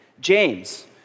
James